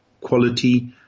quality